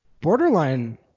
borderline